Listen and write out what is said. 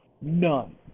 None